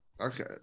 Okay